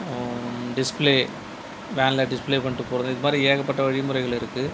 display வேனில் display பண்ணிகிட்டு போகிறது இது மாதிரி ஏகப்பட்ட வழிமுறைகள் இருக்குது